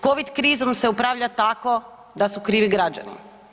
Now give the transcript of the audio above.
Covid krizom se upravlja tako da su krivi građani.